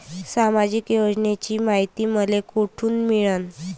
सामाजिक योजनेची मायती मले कोठून भेटनं?